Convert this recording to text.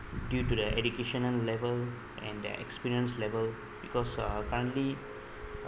due to the educational level and their experience level because uh currently